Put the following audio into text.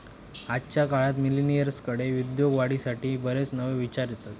आजच्या काळात मिलेनियल्सकडे उद्योगवाढीसाठी बरेच नवे विचार येतत